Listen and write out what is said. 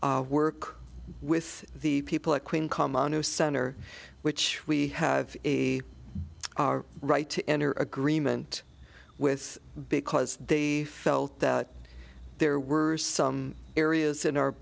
work with the people at queen kamado center which we have a right to enter agreement with because they felt that there were some areas in our